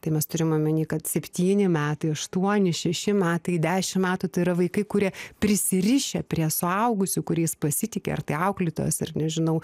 tai mes turim omeny kad septyni metai aštuoni šeši metai dešimt metų tai yra vaikai kurie prisirišę prie suaugusių kuriais pasitiki ar tai auklėtojos ir nežinau